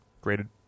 graded